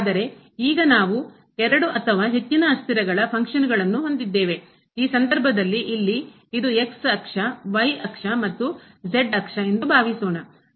ಆದರೆ ಈಗ ನಾವು ಎರಡು ಅಥವಾ ಹೆಚ್ಚಿನ ಅಸ್ಥಿರಗಳ ಫಂಕ್ಷನ್ ಕಾರ್ಯ ಗಳನ್ನು ಹೊಂದಿದ್ದೇವೆ ಈ ಸಂದರ್ಭದಲ್ಲಿ ಇಲ್ಲಿ ಇದು ಅಕ್ಷ ಅಕ್ಷ ಮತ್ತು ಅಕ್ಷ ಎಂದು ಭಾವಿಸೋಣ